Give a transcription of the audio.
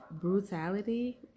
brutality